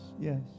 Yes